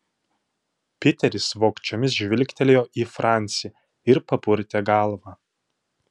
piteris vogčiomis žvilgtelėjo į francį ir papurtė galvą